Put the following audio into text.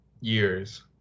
years